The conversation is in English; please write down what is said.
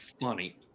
funny